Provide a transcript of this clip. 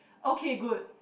okay good